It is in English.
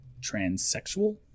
transsexual